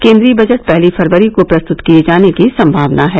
केंद्रीय बजट पहली फरवरी को प्रस्त्रत किए जाने की संभावना है